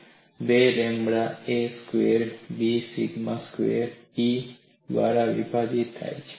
2 lambda a square B sigma square E દ્વારા વિભાજીત થાય છે